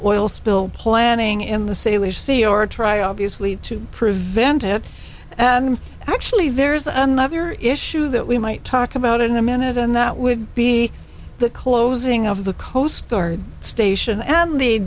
oil spill planning in the sailor's sea or try obviously to prevent it and actually there's another issue that we might talk about in a minute and that would be the closing of the coast guard station and the